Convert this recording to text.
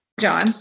John